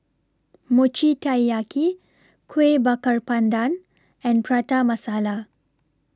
Mochi Taiyaki Kueh Bakar Pandan and Prata Masala